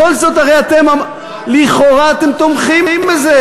בכל זאת הרי אתם לכאורה תומכים בזה,